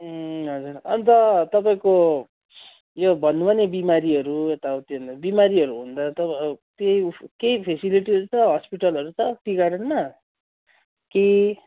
ए हजुर अन्त तपाईँको यो भन्नुभयो नि बिमारीहरू यताउति भनेर बिमारीहरू हुँदा त उस केही फ्यासिलिटीहरू छ हस्पिटलहरू छ टी गार्डनमा कि